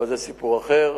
אבל זה סיפור אחר.